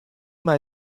mei